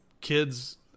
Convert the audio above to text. kids